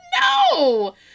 no